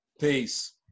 Peace